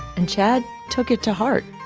and chad took it to heart.